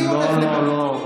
לא לא לא.